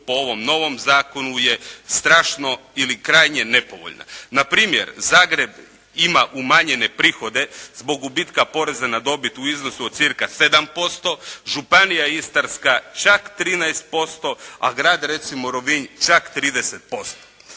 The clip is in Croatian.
po ovom novom zakonu je strašno ili krajnje nepovoljna. Na primjer Zagreb ima umanjene prihode zbog gubitka poreza na dobit u iznosu od cirka 7%. Županija Istarska čak 13%, a grad recimo Rovinj čak 30%.